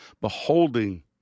beholding